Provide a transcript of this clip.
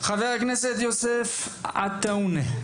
תודה, חבר הכנסת יוסף עטאונה.